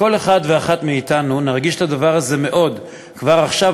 כל אחד ואחת מאתנו ירגיש את הדבר הזה מאוד כבר עכשיו,